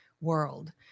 world